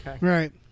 Right